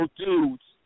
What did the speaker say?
dudes